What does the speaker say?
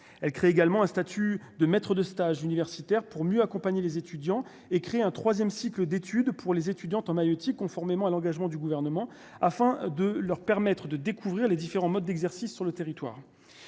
elle crée également un statut de maître de stage universitaires pour mieux accompagner les étudiants et créer un 3ème cycle d'études pour les étudiants en maïeutique conformément à l'engagement du gouvernement afin de leur permettre de découvrir les différents modes d'exercice sur le territoire,